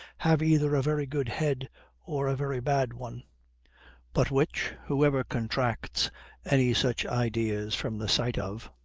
have either a very good head or a very bad, one but which, whoever contracts any such ideas from the sight of,